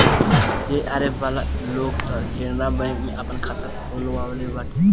JRF वाला लोग तअ केनरा बैंक में आपन खाता खोलववले बाटे